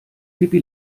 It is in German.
pippi